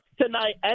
tonight